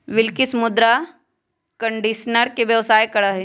बिलकिश मृदा कंडीशनर के व्यवसाय करा हई